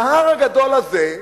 וההר הגדול הזה,